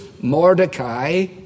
Mordecai